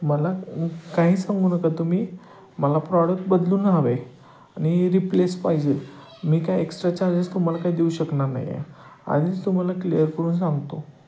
मला काही सांगू नका तुम्ही मला प्रॉडक बदलून हवे आणि रिप्लेस पाहिजे मी काय एक्स्ट्रा चार्जेस तुम्हाला काय देऊ शकणार नाही आहे आधीच तुम्हाला क्लिअर करून सांगतो